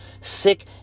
sick